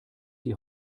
die